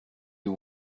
you